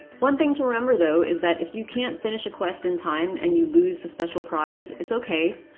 one thing to remember though is that if you can't finish a quest in time and you lose the special prize, it's okay.